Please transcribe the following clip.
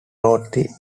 wrote